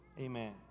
Amen